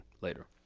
Later